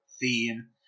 theme